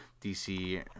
DC